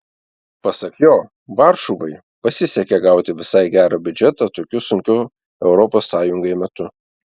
pasak jo varšuvai pasisekė gauti visai gerą biudžetą tokiu sunkiu europos sąjungai metu